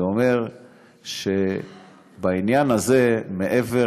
זה אומר שבעניין הזה, מעבר